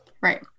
right